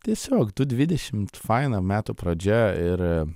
tiesiog du dvidešimt faina metų pradžia ir